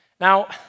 Now